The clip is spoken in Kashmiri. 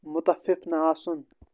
مُتفِف نہٕ آسُن